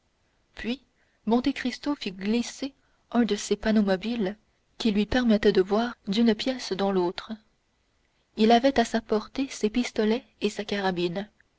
puis monte cristo fit glisser un de ces panneaux mobiles qui lui permettaient de voir d'une pièce dans l'autre il avait à sa portée ses pistolets et sa carabine